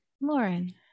Lauren